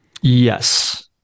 Yes